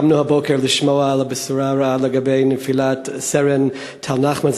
קמנו הבוקר לבשורה הרעה על נפילת סרן טל נחמן,